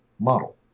model